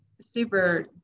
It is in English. super